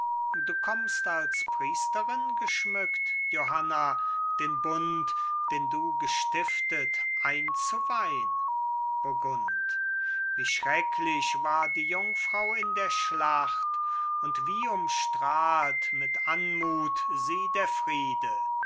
du kommst als priesterin geschmückt johanna den bund den du gestiftet einzuweihn burgund wie schrecklich war die jungfrau in der schlacht und wie umstrahlt mit anmut sie der friede